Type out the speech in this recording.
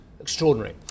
Extraordinary